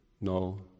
No